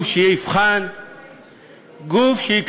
גוף שיבחן,